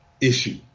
issue